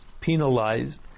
penalized